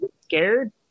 scared